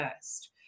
first